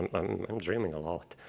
i'm dreaming a lot.